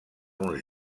uns